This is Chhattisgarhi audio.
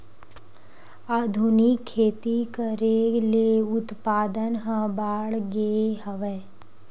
आधुनिक खेती करे ले उत्पादन ह बाड़गे हवय